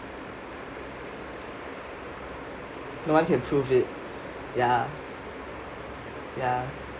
no one can proof it ya ya